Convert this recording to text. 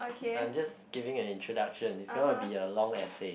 I am just giving an introduction that one will be a long essay